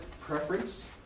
preference